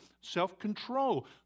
self-control